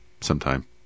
sometime